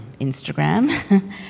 Instagram